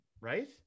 right